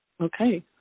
Okay